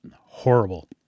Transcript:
horrible